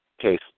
case